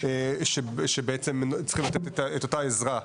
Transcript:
ממקומות שבעצם צריכים את אותה עזרה.